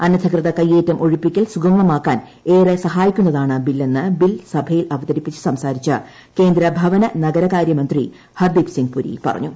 അനധികൃത കയ്യേറ്റം ഒഴിപ്പിക്കൽ സുഗമമാക്കാൻ ഏറെ സഹായിക്കുന്നതാണ് ബില്ലെന്ന് ബിൽ സഭയിൽ അവതരിപ്പിച്ച് സംസാരിച്ച കേന്ദ്രഭവന നഗര കാര്യമന്ത്രി ഹർദ്ദീപ് സിങ് പുരി പറഞ്ഞു